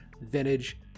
vintage